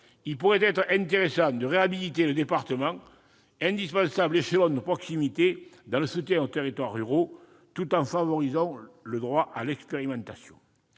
il pourrait être intéressant de réhabiliter le département, indispensable échelon de proximité dans le soutien aux territoires ruraux, tout en favorisant le droit à l'expérimentation.